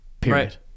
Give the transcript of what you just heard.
Period